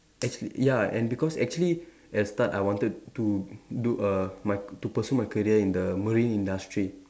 actually ya and because actually at the start I wanted to do a my to pursue my career in the marine industry